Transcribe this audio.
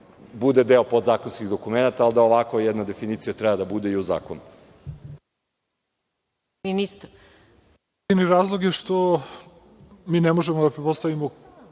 bude deo podzakonskih dokumenata, ali da jedna ovakva definicija treba da bude i u zakonu.